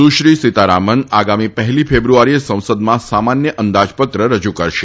સુશ્રી સીતારામન આગામી પહેલી ફેબ્રુઆરીએ સંસદમાં સામાન્ય અંદાજપત્ર રજુ કરશે